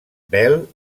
bel